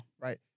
Right